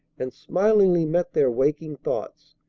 and smilingly met their waking thoughts.